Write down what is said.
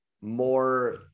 more